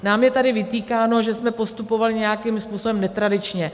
Nám je tady vytýkáno, že jsme postupovali nějakým způsobem netradičně.